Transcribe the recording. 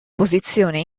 posizione